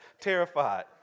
terrified